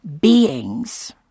beings